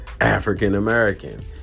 african-american